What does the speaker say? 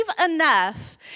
enough